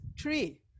three